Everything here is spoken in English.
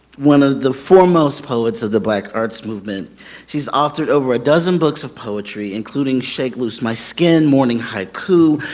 one of the foremost poets of the black arts movement she's authored over a dozen books of poetry including shake loose my skin, morning haiku,